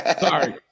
Sorry